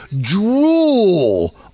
drool